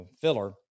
filler